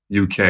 UK